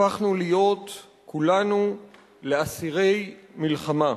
הפכנו להיות כולנו לאסירי מלחמה.